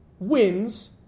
wins